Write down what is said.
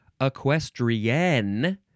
equestrian